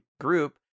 group